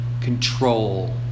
control